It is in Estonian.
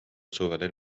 suvel